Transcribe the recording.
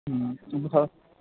भ